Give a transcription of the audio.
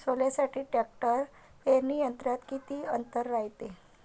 सोल्यासाठी ट्रॅक्टर पेरणी यंत्रात किती अंतर रायते?